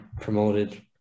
promoted